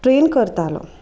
train करतालो